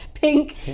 pink